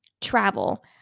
travel